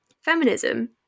feminism